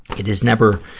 it is never,